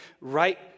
right